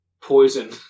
poison